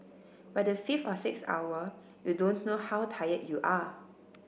by the fifth or sixth hour you don't know how tired you are